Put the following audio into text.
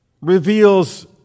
reveals